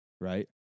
right